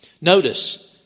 Notice